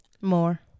More